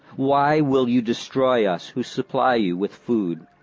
why will you destroy us who supply you with food?